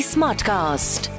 Smartcast